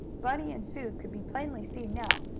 bunny and sue could be plainly seen now,